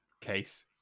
case